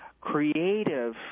creative